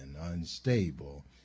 unstable